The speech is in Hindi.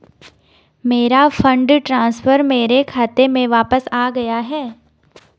मेरा फंड ट्रांसफर मेरे खाते में वापस आ गया है